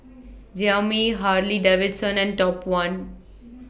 Xiaomi Harley Davidson and Top one